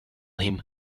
him